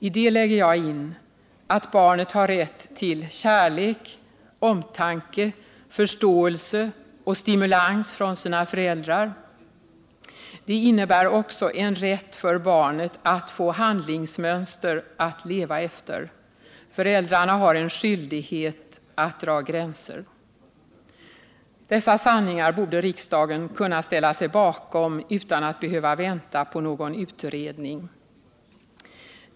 I det lägger jag in att barnet har rätt till kärlek, omtanke, förståelse och stimulans från sina föräldrar. Det innebär också en rätt för barnet att få handlingsmönster att leva efter. Föräldrarna har en skyldighet att dra gränser. Dessa sanningar borde riksdagen kunna ställa sig bakom utan att behöva vänta på någon utredning.